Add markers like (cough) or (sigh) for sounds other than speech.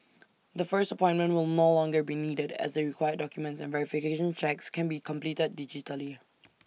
the first appointment will more longer be needed as the required documents and verification checks can be completed digitally (noise)